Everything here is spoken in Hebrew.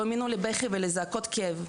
לא האמינו לבכי ולזעקות כאב.